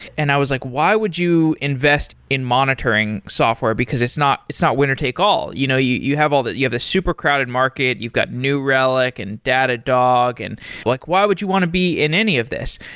and i was like, why would you invest in monitoring software, because it's not it's not winner-take-all? you know you you have all that you have a super-crowded market, you've got new relic and datadog. and like why would you want to be in any of this?